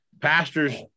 pastors